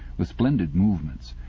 with splendid movements.